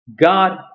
God